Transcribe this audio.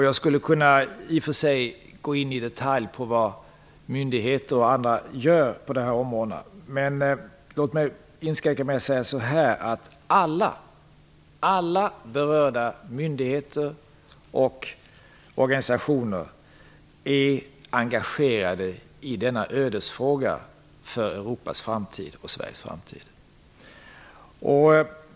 Jag skulle i och för sig kunna gå in i detalj på vad myndigheter och andra gör på dessa områden, men låt mig inskränka mig till att säga att alla berörda myndigheter och organisationer är engagerade i denna ödesfråga för Europas och Sveriges framtid.